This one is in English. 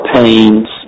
pains